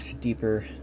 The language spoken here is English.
deeper